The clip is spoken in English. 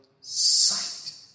sight